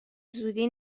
زودی